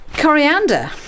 coriander